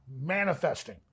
manifesting